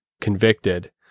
convicted